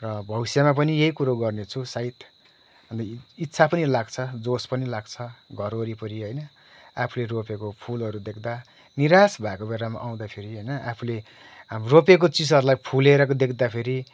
र भविष्यमा पनि यही कुरो गर्नेछु सायद अनि इच्छा पनि लाग्छ जोस पनि लाग्छ घर वरिपरि होइन आफूले रोपेको फुलहरू देख्दा निराश भएको बेलामा आउँदाखेरि होइन आफूले रोपेको चिजहरूलाई फुलेको देख्दाखेरि